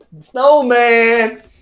Snowman